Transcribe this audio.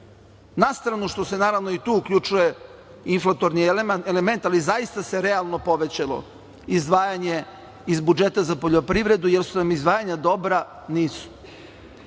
Nastranu što se i tu uključuje inflatorni element, ali zaista se realno povećalo izdvajanje iz budžeta za poljoprivredu. Da li su nam izdvajanja dobra? Nisu. Mi